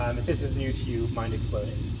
um if this is new to you, mind exploding.